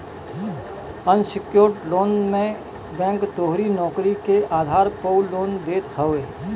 unsecured loan मे bank तोहरी नोकरी के आधार पअ लोन देत हवे